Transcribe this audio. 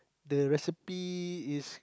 the recipe is